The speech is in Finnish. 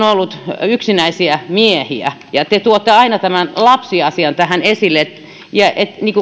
ollut yksinäisiä miehiä ja te tuotte aina tämän lapsiasian esille